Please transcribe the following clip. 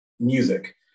Music